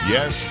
Yes